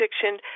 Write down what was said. fiction